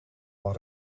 van